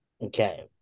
Okay